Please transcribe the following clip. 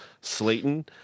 Slayton